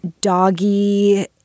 doggy